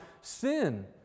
sin